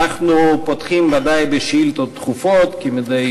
אנחנו פותחים, ודאי, בשאילתות דחופות,